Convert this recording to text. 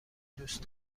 دوست